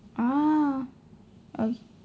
ah oka~